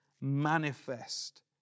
manifest